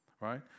right